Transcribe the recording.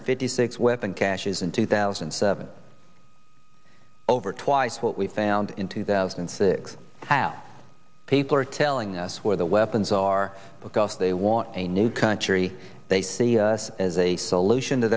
hundred fifty six weapon caches in two thousand and seven over twice what we found in two thousand and six how people are telling us where the weapons are because they want a new country they see us as a solution to